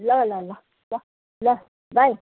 ल ल ल ल ल बाई